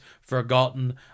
forgotten